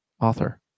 author